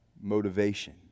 motivation